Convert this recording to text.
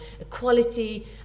equality